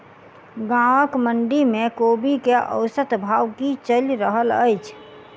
गाँवक मंडी मे कोबी केँ औसत भाव की चलि रहल अछि?